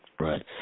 Right